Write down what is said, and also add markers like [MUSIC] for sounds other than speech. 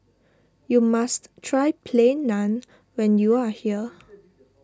you must try Plain Naan when you are here [NOISE]